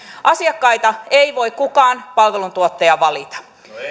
asiakkaita ei voi kukaan palveluntuottaja valita